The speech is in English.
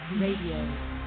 Radio